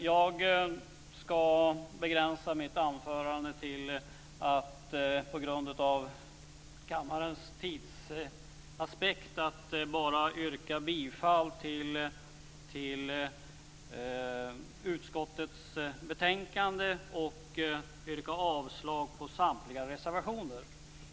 Fru talman! På grund av tidsaspekten i kammaren ska jag begränsa mitt anförande till att bara yrka bifall till hemställan i utskottets betänkande och avslag på samtliga reservationer.